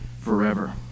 forever